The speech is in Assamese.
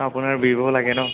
আপোনাক বিভ' লাগে ন